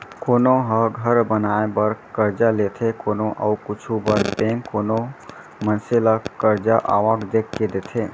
कोनो ह घर बनाए बर करजा लेथे कोनो अउ कुछु बर बेंक कोनो मनसे ल करजा आवक देख के देथे